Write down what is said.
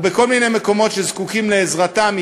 או בכל מיני מקומות שזקוקים לעזרתם,